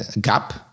gap